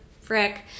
frick